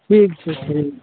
ठीक छै ठीक